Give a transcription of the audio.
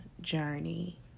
journey